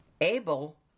Abel